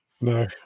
No